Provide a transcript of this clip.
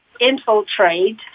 infiltrate